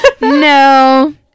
No